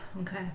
Okay